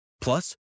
Plus